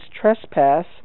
trespass